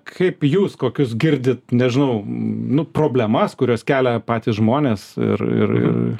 kaip jūs kokius girdit nežinau nu problemas kurias kelia patys žmonės ir